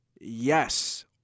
yes